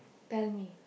tell me